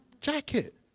jacket